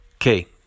Okay